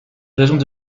régions